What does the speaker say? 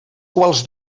quals